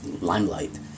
limelight